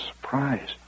surprise